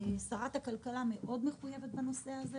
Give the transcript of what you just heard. שרת הכלכלה מאוד מחויבת בנושא הזה,